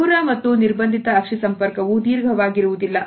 ಹಗುರ ಮತ್ತು ನಿರ್ಬಂಧಿತ ಅಕ್ಷಿ ಸಂಪರ್ಕವು ದೀರ್ಘವಾಗಿರುವುದಿಲ್ಲ